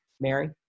Mary